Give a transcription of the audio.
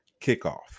kickoff